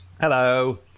Hello